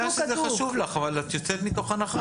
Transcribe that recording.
אני יודע שזה חשוב לך אבל את יוצאת מתוך הנחה